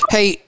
Hey